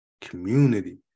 community